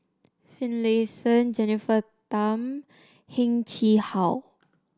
Finlayson Jennifer Tham Heng Chee How